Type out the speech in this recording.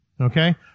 okay